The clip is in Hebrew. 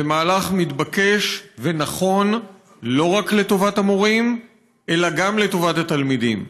זה מהלך מתבקש ונכון לא רק לטובת המורים אלא גם לטובת התלמידים.